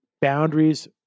boundaries